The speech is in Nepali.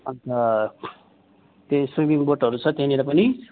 अन्त त्यही स्विमिङ बोटहरू छ त्यहीँनिर पनि